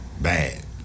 Bad